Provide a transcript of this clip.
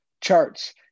charts